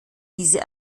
diese